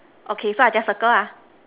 okay so I just circle ah